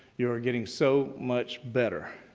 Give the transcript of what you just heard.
you're getting so much better.